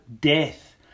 death